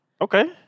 Okay